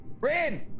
Rin